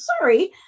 sorry